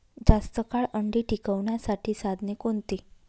जास्त काळ अंडी टिकवण्यासाठी साधने कोणती?